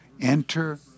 enter